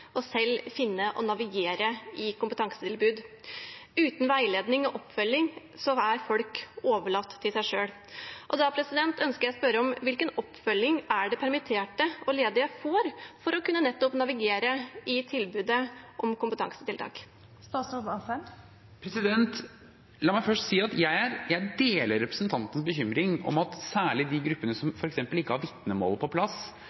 selv å finne og navigere i kompetansetilbud. Uten veiledning og oppfølging er folk overlatt til seg selv. Da ønsker jeg å spørre: Hvilken oppfølging er det permitterte og ledige får for nettopp å kunne navigere i tilbudet om kompetansetiltak? La meg først si at jeg deler representantens bekymring for at særlig de gruppene som f.eks. ikke har vitnemål på plass,